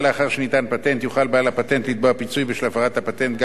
יוכל בעל הפטנט לתבוע פיצוי בשל הפרת הפטנט גם באופן רטרואקטיבי